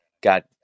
got